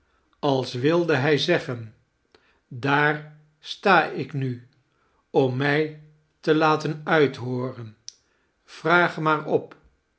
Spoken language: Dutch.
als wilde hij zeggen daar sta ik nu om mij te laten uithooren vraag maar op